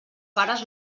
pares